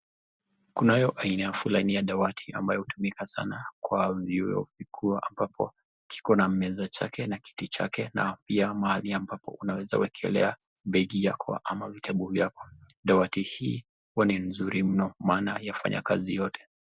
Kunayo aina fulani ya dawati inayotumika sana kwa vioo kikuu ambavyo kuna meza chake na kiti chake na pia mahali ambapo unaweza wekelea begi yako ama vitabu vyako, dawati hii huwa ni mzuri mno maana yafanya kazi yote.